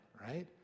Right